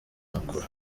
makuru